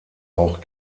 auch